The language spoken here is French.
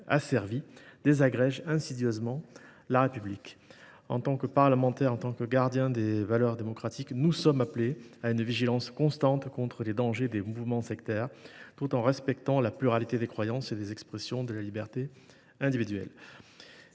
asservi désagrège insidieusement la République. En tant que parlementaires, en tant que gardiens des valeurs démocratiques, nous sommes appelés à faire preuve d’une vigilance constante à l’encontre des dangers des mouvements sectaires, tout en respectant la pluralité des croyances et des expressions de la liberté individuelle.